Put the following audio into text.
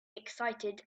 excited